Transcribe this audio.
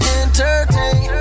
entertain